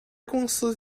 公司